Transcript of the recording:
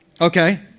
Okay